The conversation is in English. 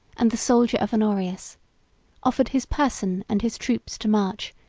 and the soldier of honorius offered his person and his troops to march,